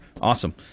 Awesome